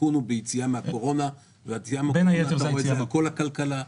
התיקון הוא ביציאה מהקורונה ואתה רואה את זה בכל הכלכלה.